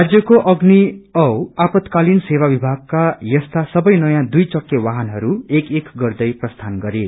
राज्यको अम्नि औ आपतकालिन सेवा विभागका यस्ता सवै नयौं दुइ चक्षे वाहनहरू एक एक गर्दै प्रस्थान गरे